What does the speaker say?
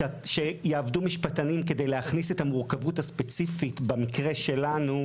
שיעבדו משפטנים בשביל להכניס את המורכבות הספציפית במקרה שלנו,